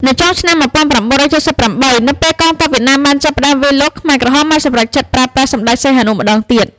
នៅចុងឆ្នាំ១៩៧៨ នៅពេលកងទ័ពវៀតណាមចាប់ផ្ដើមវាយលុក ខ្មែរក្រហមបានសម្រេចចិត្តប្រើប្រាស់សម្តេចសីហនុម្ដងទៀត។